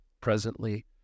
presently